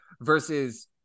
versus